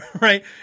right